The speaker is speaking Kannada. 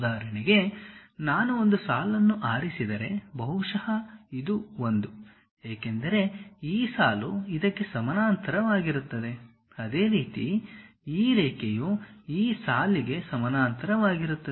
ಉದಾಹರಣೆಗೆ ನಾನು ಒಂದು ಸಾಲನ್ನು ಆರಿಸಿದರೆ ಬಹುಶಃ ಇದು ಒಂದು ಏಕೆಂದರೆ ಈ ಸಾಲು ಇದಕ್ಕೆ ಸಮಾನಾಂತರವಾಗಿರುತ್ತದೆ ಅದೇ ರೀತಿ ಈ ರೇಖೆಯು ಈ ಸಾಲಿಗೆ ಸಮಾನಾಂತರವಾಗಿರುತ್ತದೆ